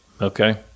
Okay